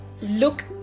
look